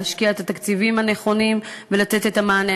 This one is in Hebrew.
להשקיע את התקציבים הנכונים ולתת את המענה.